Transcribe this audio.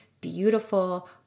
beautiful